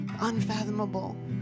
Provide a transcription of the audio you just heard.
unfathomable